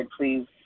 please